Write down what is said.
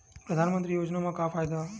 परधानमंतरी योजना म का फायदा?